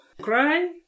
Cry